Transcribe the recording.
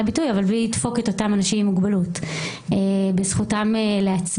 הביטוי בלי לדפוק את אותם אנשים עם מוגבלות בזכותם להצביע.